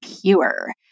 Pure